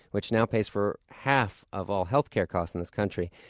which now pays for half of all health care costs in this country.